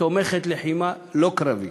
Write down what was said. תומכת לחימה לא קרבית.